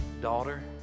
daughter